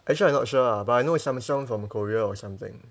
actually I not sure ah but I know samsung from korea or something